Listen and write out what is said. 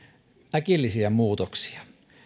äkillisiä muutoksia